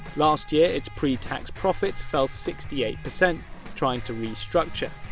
last year, its pre-tax profits fell sixty eight percent trying to restructure.